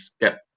get